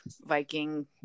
Viking